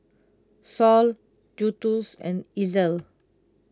Saul Justus and Ezell